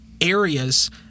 areas